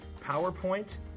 PowerPoint